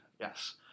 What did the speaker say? yes